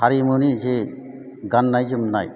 हारिमुनि जे गान्नाय जोमनाय